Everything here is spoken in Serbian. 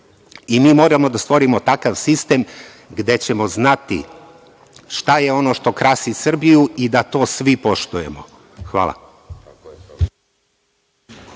moramo da stvorimo takav sistem gde ćemo znati šta je ono što krasi Srbiju i da to svi poštujemo. Hvala.